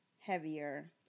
heavier